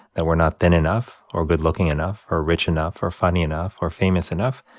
that we're not thin enough or good looking enough or rich enough or funny enough or famous enough.